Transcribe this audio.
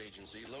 Agency